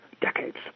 decades